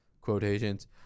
quotations